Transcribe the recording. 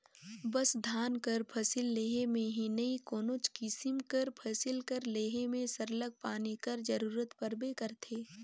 बस धान कर फसिल लेहे में ही नई कोनोच किसिम कर फसिल कर लेहे में सरलग पानी कर जरूरत परबे करथे